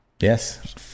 yes